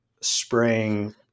spraying